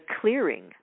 clearing